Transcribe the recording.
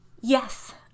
Yes